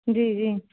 जी जी